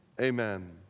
amen